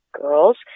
girls